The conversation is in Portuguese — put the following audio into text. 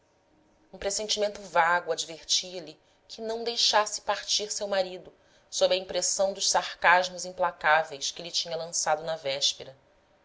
um pressentimento vago advertia lhe que não deixasse partir seu marido sob a impressão dos sarcasmos implacáveis que lhe tinha lançado na véspera